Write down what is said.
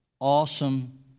awesome